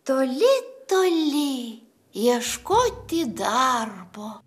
toli toli ieškoti darbo